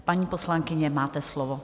Paní poslankyně, máte slovo.